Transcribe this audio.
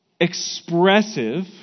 expressive